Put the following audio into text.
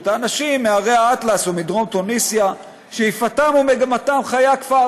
האנשים מהרי האטלס ומדרום תוניסיה שאיפתם ומגמתם חיי הכפר".